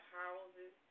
houses